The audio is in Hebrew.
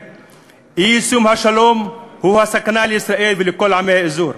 אי-יישום השלום הוא סכנה לישראל ולכל עמי האזור,